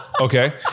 Okay